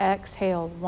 Exhale